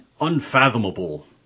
Unfathomable